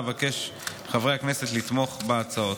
אבקש מחברי הכנסת לתמוך בהצעות.